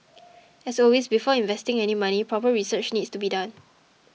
as always before investing any money proper research needs to be done